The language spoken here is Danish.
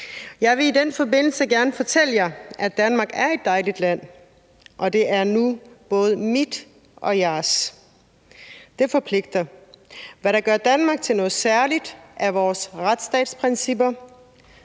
Jeg vil i den forbindelse gerne fortælle jer, at Danmark er et dejligt land, og det er nu både mit og jeres. Det forpligter. Hvad der gør Danmark til noget særligt, er vores retsstatsprincipper,